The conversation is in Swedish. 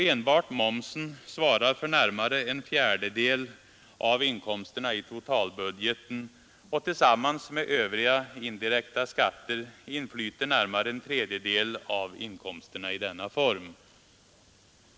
Enbart momsen svarar för närmare en fjärdedel av inkomsterna i totalbudgeten, och tillsammans med övriga indirekta skatter inflyter närmare en tredjedel av inkomsterna i denna form.